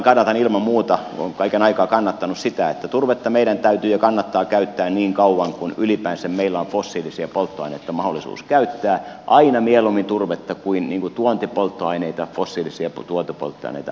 kannatan ilman muuta olen kaiken aikaa kannattanut sitä että turvetta meidän täytyy ja kannattaa käyttää niin kauan kuin ylipäänsä meillä on fossiilisia polttoaineita mahdollisuus käyttää aina mieluummin turvetta kuin tuontipolttoaineita fossiilisia tuontipolttoaineita